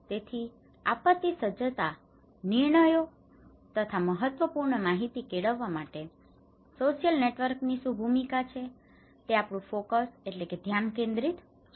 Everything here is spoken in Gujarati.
તેથી આપત્તિ સજ્જતા નિર્ણયો તથા મહત્વપૂર્ણ માહિતી મેળવવા માટે સોશિયલ નેટવર્કની ભૂમિકા શું છે તે આપણું ફોકસ focus ધ્યાન કેન્દ્રિત છે